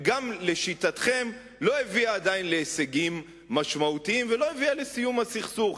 גם לשיטתכם לא הביאה עדיין להישגים משמעותיים ולא הביאה לסיום הסכסוך.